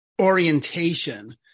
orientation